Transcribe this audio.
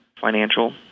financial